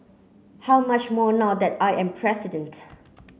how much more now that I am president